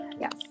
yes